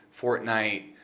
Fortnite